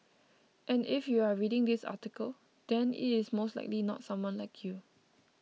and if you are reading this article then it is most likely not someone like you